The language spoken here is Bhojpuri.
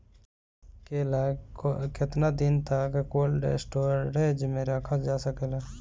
केला केतना दिन तक कोल्ड स्टोरेज में रखल जा सकेला?